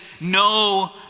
no